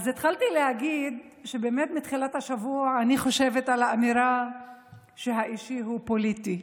התחלתי להגיד שמתחילת השבוע אני חושבת על האמירה שהאישי הוא הפוליטי.